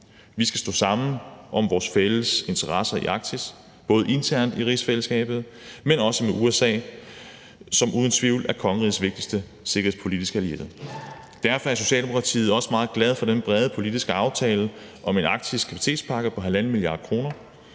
Vi skal stå sammen om vores fælles interesser i Arktis, både internt i rigsfællesskabet, men også med USA, som uden tvivl er kongerigets vigtigste sikkerhedspolitiske allierede. Kl. 14:06 Derfor er Socialdemokratiet også meget glade for den brede politiske aftale om en Arktiskapacitetspakke på 1,5 mia. kr, der